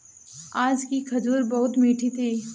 आज की खजूर बहुत मीठी थी